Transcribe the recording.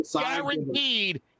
Guaranteed